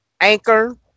Anchor